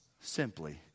simply